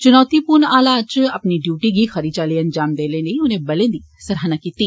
चुनौतीपूर्ण हालात इच अपनी डियूटी गी खरी चाल्ली अंजाम देने लेई उनें बलें दी सराहना कीत्ती